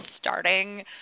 starting